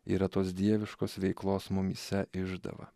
yra tos dieviškos veiklos mumyse išdava